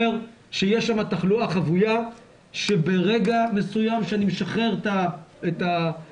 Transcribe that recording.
שיש שם תחלואה חבויה שברגע מסוים שאני משחרר את השסתום,